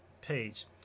page